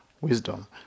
wisdom